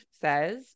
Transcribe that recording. says